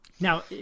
now